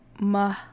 Mah